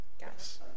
Yes